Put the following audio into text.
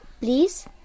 please